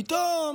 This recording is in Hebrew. פתאום